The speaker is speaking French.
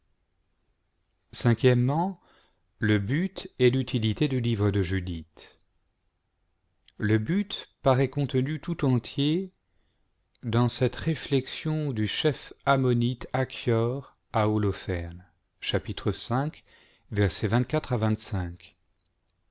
le but et l'utilité du lime de judith le but paraît contenu tout entier dans cette réflexion du chef ammonite achior à holoferne v